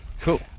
Cool